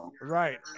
right